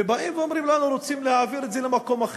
ובאים ואומרים לנו שרוצים להעביר את זה למקום אחר,